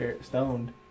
stoned